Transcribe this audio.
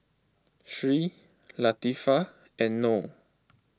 Sri Latifa and Noh